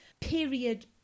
period